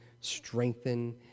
strengthen